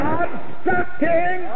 obstructing